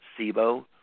SIBO